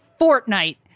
Fortnite